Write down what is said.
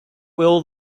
will